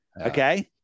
okay